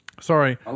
Sorry